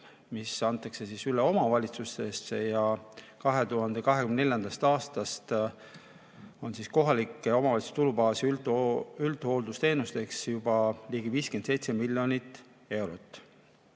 mis antakse üle omavalitsustele. Ja 2024. aastast on kohalike omavalitsuste tulubaas üldhooldusteenusteks juba ligi 57 miljonit eurot.